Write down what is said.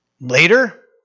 Later